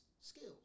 skills